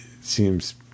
seems